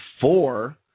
four